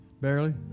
Barely